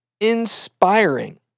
inspiring